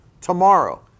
tomorrow